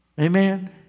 Amen